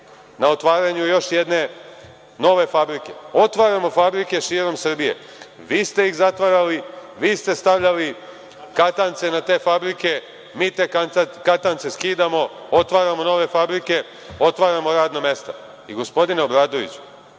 na otvaranju još jedne nove fabrike. Otvaramo fabrike širom Srbije. Vi ste ih zatvarali, vi ste stavljali katance na te fabrike, mi te katance skidamo, otvaramo nove fabrike, otvaramo radna mesta. Gospodine Obradoviću,